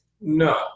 No